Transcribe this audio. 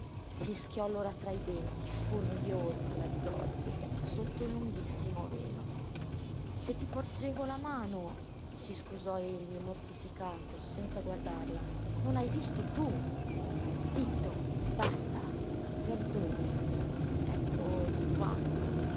fischiò allora tra i denti furiosa la zorzi sotto il lunghissimo velo se ti porgevo la mano si scusò egli mortificato senza guardarla non hai visto tu zitto basta per dove ecco di qua